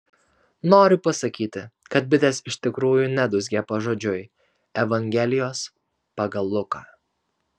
noriu pasakyti kad bitės iš tikrųjų nedūzgė pažodžiui evangelijos pagal luką